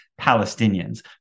Palestinians